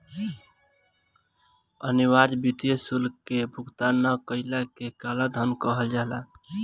अनिवार्य वित्तीय शुल्क के भुगतान ना कईला के कालाधान कहल जाला